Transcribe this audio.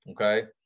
okay